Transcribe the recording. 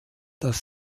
das